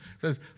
Says